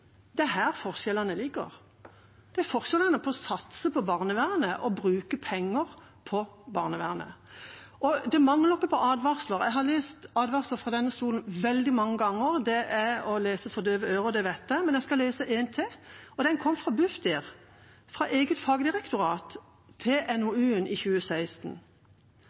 er her forskjellene ligger – som forskjellen mellom å satse på barnevernet og å bruke penger på barnevernet. Det mangler ikke på advarsler. Jeg har lest advarsler fra denne talerstolen veldig mange ganger. Det er å lese for døve ører, det vet jeg, men jeg skal lese en til, og den kom fra Bufdir, fra eget fagdirektorat, til NOU-en i 2016: